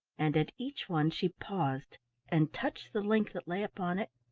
and at each one she paused and touched the link that lay upon it,